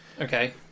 Okay